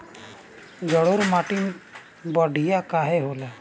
जलोड़ माटी बढ़िया काहे होला?